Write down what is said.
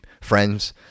friends